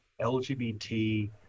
LGBT